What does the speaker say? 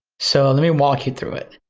so lemme walk you through it.